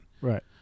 Right